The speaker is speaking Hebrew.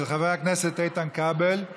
של חבר הכנסת איתן כבלף